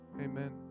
amen